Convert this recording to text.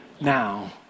now